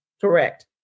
Correct